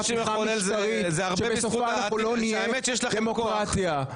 משטרית שבסופה אנחנו לא נהיה דמוקרטיה.